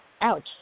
ouch